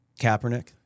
Kaepernick